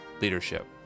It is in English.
leadership